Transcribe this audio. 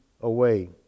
away